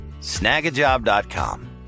Snagajob.com